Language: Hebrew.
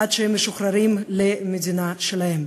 עד שהם משוחררים למדינה שלהם.